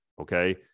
Okay